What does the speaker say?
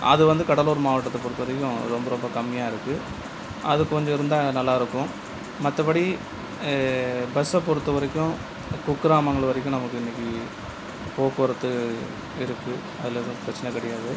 அது வந்து கடலூர் மாவட்டத்தை பொறுத்த வரையிலும் ரொம்ப ரொம்ப கம்மியாக இருக்குது அது கொஞ்ச இருந்தால் நல்லாயிருக்கும் மற்றபடி பஸ்ஸை பொறுத்த வரைக்கும் குக்கிராமங்கள் வரைக்கும் நமக்கு இன்றைக்கி போக்குவரத்து இருக்குது அதில் எதுவும் பிரச்சின கிடையாது